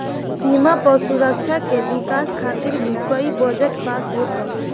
सीमा पअ सुरक्षा के विकास खातिर भी इ बजट पास होत हवे